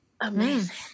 Amazing